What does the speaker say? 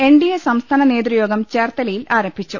N D A സംസ്ഥാന നേതൃയോഗ്ഗം ചേർത്തലയിൽ ആരം ഭിച്ചു